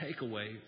takeaway